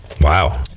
Wow